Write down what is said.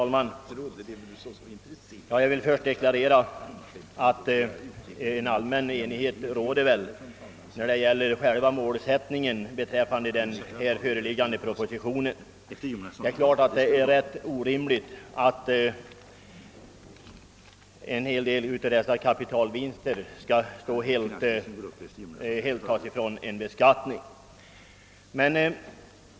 Herr talman! Det råder väl allmän enighet beträffande själva målsättningen i den föreliggande propositionen. Det är givetvis orimligt att många av dessa kapitalvinster skall helt undantas från beskattning.